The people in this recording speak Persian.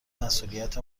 مسئولیت